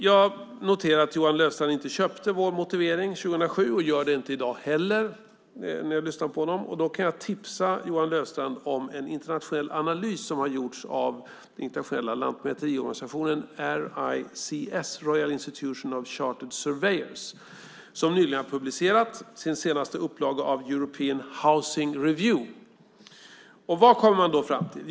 Jag noterar att Johan Löfstrand inte köpte vår motivering 2007 och gör det inte i dag heller när jag lyssnar på honom. Då kan jag tipsa Johan Löfstrand om en internationell analys som har gjorts av den internationella lantmäteriorganisationen RICS, Royal Institution of Chartered Surveyors, som nyligen har publicerat sin senaste upplaga av European Housing Review. Vad kommer man då fram till?